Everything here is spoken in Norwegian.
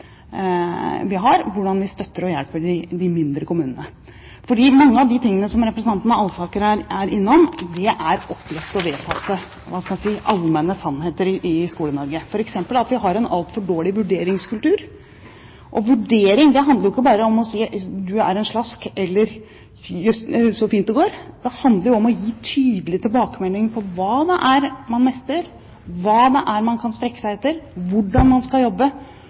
vi har, nemlig hvordan vi støtter og hjelper de mindre kommunene. For mange av de tingene som representanten Alsaker er innom, er oppleste og vedtatte allmenne sannheter i Skole-Norge, f.eks. at vi har en altfor dårlig vurderingskultur. Vurdering handler jo ikke bare om å si at du er en slask, eller så fint det går. Det handler om å gi tydelig tilbakemelding på hva det er man mestrer, hva det er man kan strekke seg etter, og hvordan man skal jobbe